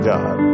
God